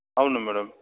అవును మ్యాడమ్